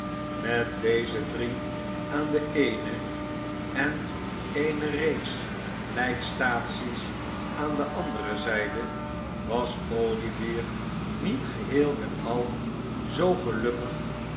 met deze drie aan de eene en eene reeks lijkstaties aan de andere zijde was olivier niet geheel en al zoo gelukkig